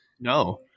No